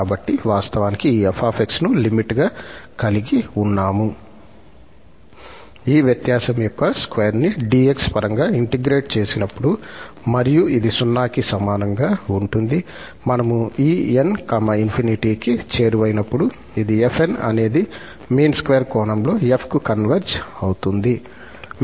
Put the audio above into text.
కాబట్టి వాస్తవానికి ఈ 𝑓𝑥 ను లిమిట్ గా కలిగి ఉన్నాము ఈ వ్యత్యాసం యొక్క స్క్వేర్ ని 𝑑𝑥 పరంగా ఇంటిగ్రేట్ చేసినప్పుడు మరియు ఇది 0 కి సమానంగా ఉంటుంది మనము ఈ 𝑛 ∞ కి చేరువైనప్పుడు ఇది 𝑓𝑛 అనేది మీన్ స్క్వేర్ కోణంలో 𝑓 కు కన్వర్జ్ అవుతుంది